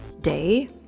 Day